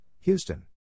Houston